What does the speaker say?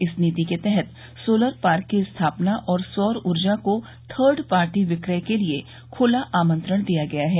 इस नीति के तहत सोलर पार्क की स्थापना और सौर ऊर्जा को थर्ड पार्टी विक्रय के लिये ख्ला आमंत्रण दिया गया है